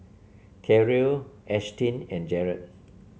Terrill Ashtyn and Jaret